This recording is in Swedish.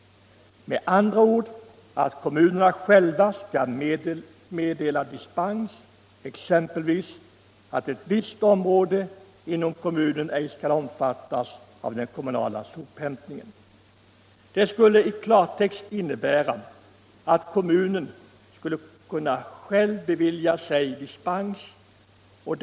Kommunerna skall med andra ord själva meddela dispens. Exempelvis skall man kunna besluta att ett visst område av 200 kommunen cj skall omfattas av den kommunala sophämtningen. Det skulle i klartext innebära att kommunen skulle kunna bevilja sig själv dispens.